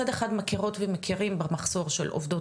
מצד אחד מכירות ומכירים במחסור של עובדות